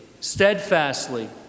steadfastly